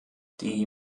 die